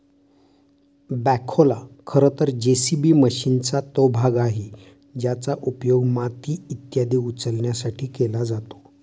बॅखोला खरं तर जे.सी.बी मशीनचा तो भाग आहे ज्याचा उपयोग माती इत्यादी उचलण्यासाठी केला जातो